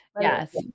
Yes